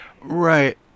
right